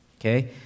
okay